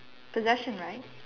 possession right